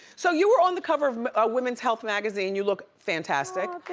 so you were on the cover of ah women's health magazine. you look fantastic.